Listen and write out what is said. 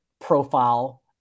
profile